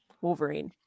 Wolverine